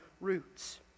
roots